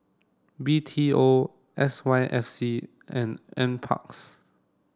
B T O S Y F C and NPARKS